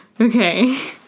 Okay